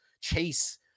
chase